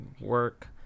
work